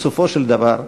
בסופו של דבר,